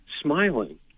smiling